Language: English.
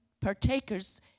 partakers